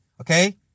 okay